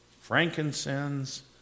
frankincense